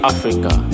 Africa